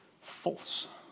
false